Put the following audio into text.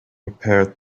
repaired